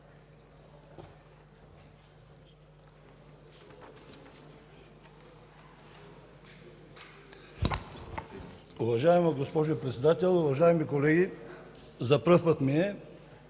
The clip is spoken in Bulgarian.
Уважаема госпожо Председател, уважаеми колеги, за пръв път ми е